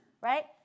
right